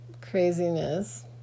craziness